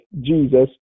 Jesus